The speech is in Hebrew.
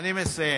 אני מסיים.